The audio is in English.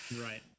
right